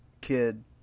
kid